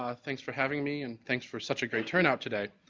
ah thanks for having me and thanks for such a great turnout today.